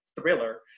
thriller